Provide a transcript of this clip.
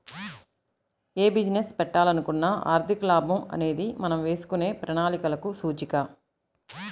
యే బిజినెస్ పెట్టాలనుకున్నా ఆర్థిక లాభం అనేది మనం వేసుకునే ప్రణాళికలకు సూచిక